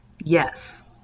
Yes